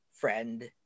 friend